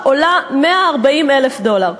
עולה 140,000 דולר.